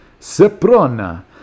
Seprona